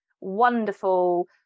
wonderful